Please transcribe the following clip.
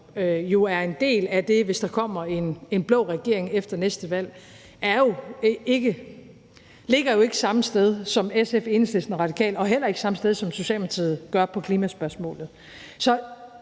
som jo er en del af det, hvis der kommer en blå regering efter næste valg, ikke ligger samme sted som SF, Enhedslisten og Radikale og heller ikke samme sted, som Socialdemokratiet gør, på klimaspørgsmålet.